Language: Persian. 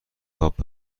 تاپ